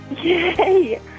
Yay